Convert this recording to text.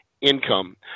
income